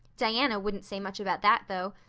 diana wouldn't say much about that, though.